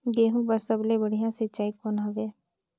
गहूं बर सबले बढ़िया सिंचाई कौन हवय?